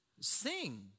Sing